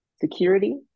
security